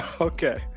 Okay